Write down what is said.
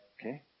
okay